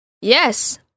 Yes